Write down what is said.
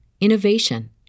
innovation